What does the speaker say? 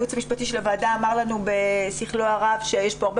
הייעוץ המשפטי של הוועדה אמר לנו בשכלו הרב שיש כאן הרבה